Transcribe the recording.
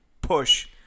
Push